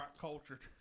Cultured